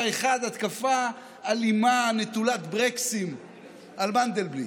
אחד: התקפה אלימה נטולת ברקסים על מנדלבליט.